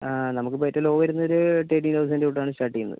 ആ നമുക്കിപ്പം ഏറ്റവും ലോ വരുന്ന ഒര് തെർട്ടി തൗസൻ്റ് തൊട്ടാണ് സ്റ്റാർട്ട് ചെയ്യുന്നത്